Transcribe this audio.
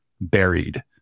buried